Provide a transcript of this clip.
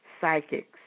psychics